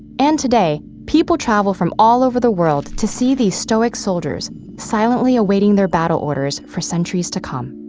and today, people travel from all over the world to see these stoic soldiers silently awaiting their battle orders for centuries to come.